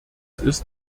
ist